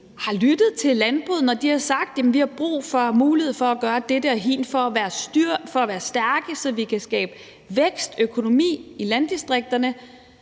har lyttet til landbruget, når de har sagt: Vi har brug for mulighed for at gøre dette og hint for at være stærke, så vi kan skabe vækst og økonomi i landdistrikterne.